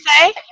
say